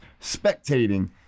spectating